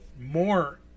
more